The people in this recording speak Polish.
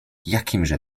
jakimże